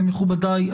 מכובדיי,